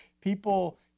people